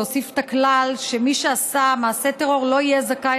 להוסיף את הכלל שמי שעשה מעשה טרור לא יהיה זכאי